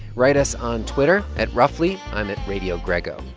write us on twitter at roughly. i'm at radiogrego.